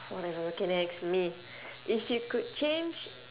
whatever okay next me if you could change